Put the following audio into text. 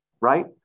right